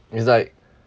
it's like